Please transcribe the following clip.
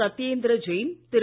Satyendra Jain Thiru